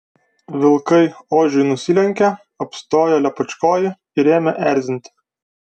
vilkai ožiui nusilenkė apstojo lepečkojį ir ėmė erzinti